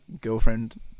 girlfriend